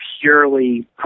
purely